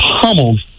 pummeled